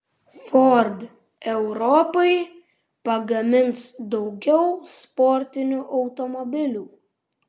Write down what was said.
ford europai pagamins daugiau sportinių automobilių